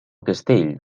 castell